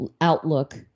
outlook